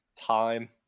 time